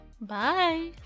Bye